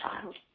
child